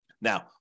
Now